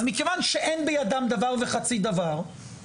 אז מכיוון שאין בידם דבר וחצי דבר,